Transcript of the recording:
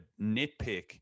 nitpick